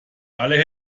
alle